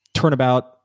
turnabout